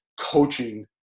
coaching